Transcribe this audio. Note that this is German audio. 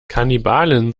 kannibalen